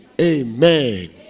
Amen